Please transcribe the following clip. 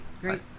great